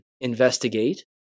investigate